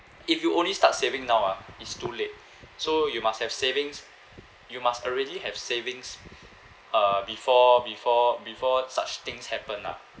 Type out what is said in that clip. if you only start saving now ah it's too late so you must have savings you must already have savings uh before before before such things happen lah